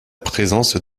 présence